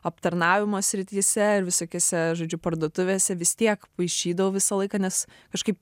aptarnavimo srityse ir visokiose žodžiu parduotuvėse vis tiek paišydavau visą laiką nes kažkaip